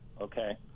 Okay